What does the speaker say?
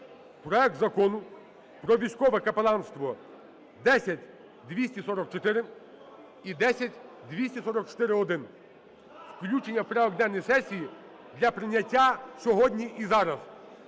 проект Закону про військове капеланство (10244 і 10244-1). Включення в порядок денний сесіЇ для прийняття сьогодні і зараз.